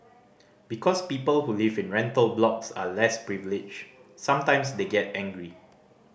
because people who live in rental blocks are less privileged sometimes they get angry